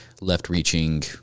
left-reaching